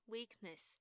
Weakness